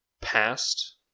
past